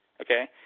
Okay